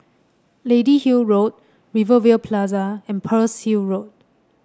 Lady Hill Road Rivervale Plaza and Pearl's Hill Road